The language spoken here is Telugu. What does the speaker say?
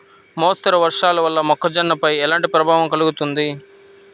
మోస్తరు వర్షాలు వల్ల మొక్కజొన్నపై ఎలాంటి ప్రభావం కలుగుతుంది?